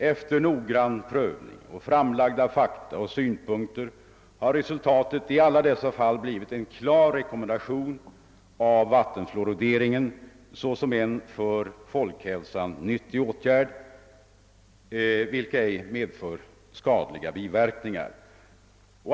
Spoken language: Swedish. Efter noggrann prövning och framlagda fakta och synpunkter har resultatet i alla dessa fall blivit en klar rekommendation av vattenfluoridering såsom en för folkhälsan nyttig åtgärd vilken ej medför skadliga biverkningar.